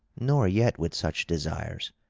nor yet with such desires.